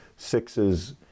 Sixes